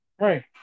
Right